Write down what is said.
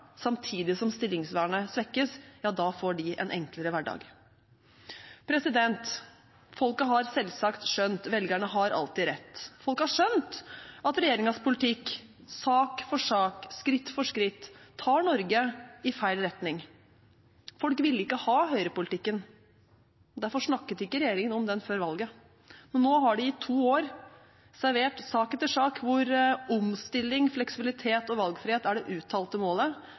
samtidig som stillingsvernet svekkes, da fikk de en enklere hverdag. Folket har selvsagt skjønt. Velgerne har alltid rett. Folk har skjønt at regjeringens politikk – sak for sak, skritt for skritt – tar Norge i feil retning. Folk ville ikke ha høyrepolitikken. Derfor snakket ikke regjeringen om den før valget. Nå har de i to år servert sak etter sak hvor omstilling, fleksibilitet og valgfrihet er det uttalte målet,